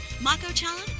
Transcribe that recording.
Mako-chan